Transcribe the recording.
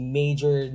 major